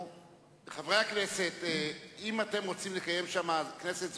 אתם עם הקרנות של עופר עיני מוכנים לחכות?